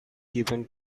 given